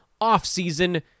off-season